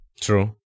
True